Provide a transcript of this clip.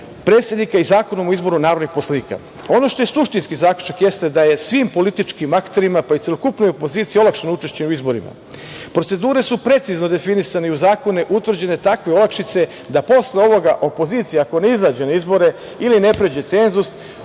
predsednika i Zakonom o izboru narodnih poslanika. Ono što je suštinski zaključak to je da svim političkim akterima, pa i celokupnoj opoziciji, olakšano učešće u izborima. Procedure su precizno definisane i u zakonima utvrđene takve olakšice da posle ovoga opozicija ako ne izađe na izbore ili ne prođe cenzus,